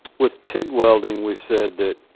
with tig welding we said that